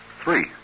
Three